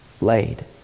laid